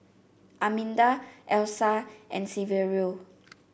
Arminda Elsa and Saverio